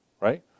right